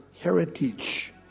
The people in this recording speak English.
heritage